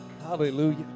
Hallelujah